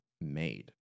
made